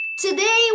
Today